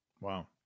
Wow